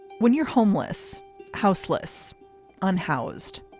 when you're homeless houseless on housed,